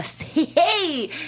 Hey